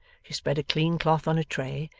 she spread a clean cloth on a tray,